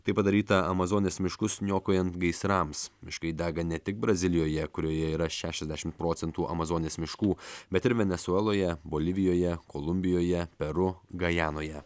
tai padaryta amazonės miškus niokojant gaisrams miškai dega ne tik brazilijoje kurioje yra šešiasdešim procentų amazonės miškų bet ir venesueloje bolivijoje kolumbijoje peru gajanoje